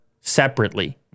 separately